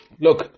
look